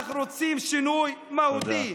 אנחנו רוצים שינוי מהותי.